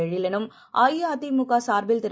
எழிலறும் அஇஅதிமுகசார்பில் திரு